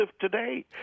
today